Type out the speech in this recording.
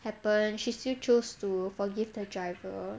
happen she still choose to forgive the driver